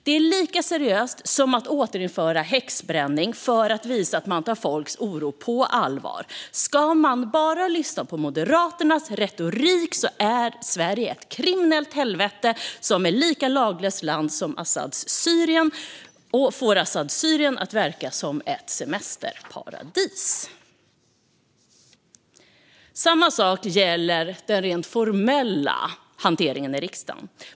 Det är lika seriöst som att återinföra häxbränning för att visa att man tar folks oro på allvar. Om man bara lyssnar på Moderaternas retorik är Sverige ett kriminellt helvete, ett lika laglöst land al-Asads Syrien, och får al-Asads Syrien att verka som ett semesterparadis. Samma sak gäller den rent formella hanteringen i riksdagen.